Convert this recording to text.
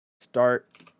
start